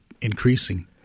increasing